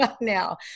now